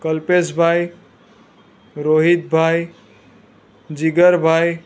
કલ્પેશભાઈ રોહિતભાઈ જીગરભાઈ